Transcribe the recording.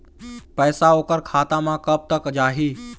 पैसा ओकर खाता म कब तक जाही?